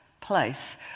place